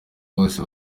bose